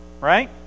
Right